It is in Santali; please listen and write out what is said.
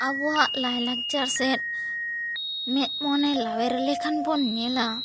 ᱟᱵᱚᱣᱟᱜ ᱞᱟᱭ ᱞᱟᱠᱪᱟᱨ ᱥᱮᱫ ᱢᱮᱫ ᱢᱚᱱᱮ ᱞᱟᱣᱭᱮᱨ ᱞᱮᱠᱷᱟᱱ ᱵᱚᱱ ᱧᱮᱞᱟ